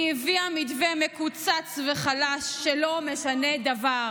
היא הביאה מתווה מקוצץ וחלש, שלא משנה דבר.